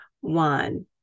one